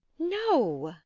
no.